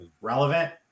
relevant